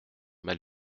mal